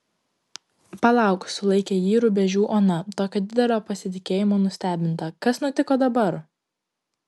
palauk sulaikė jį rubežių ona tokio didelio pasitikėjimo nustebinta kas nutiko dabar